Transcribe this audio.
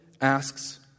asks